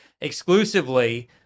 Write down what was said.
exclusively